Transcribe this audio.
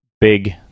big